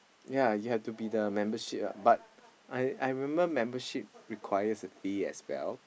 yea you have to be the membership ah but I I remember membership requires a fee as well